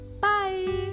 bye